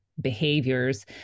behaviors